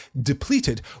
depleted